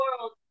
world